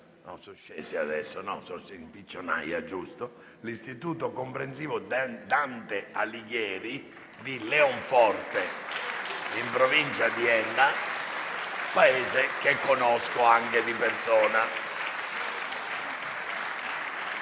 l'Istituto comprensivo «Dante Alighieri» di Leonforte, in provincia di Enna, paese che conosco anche di persona.